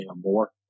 more